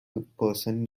person